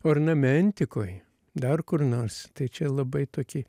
ornamentikoj dar kur nors čia labai tokį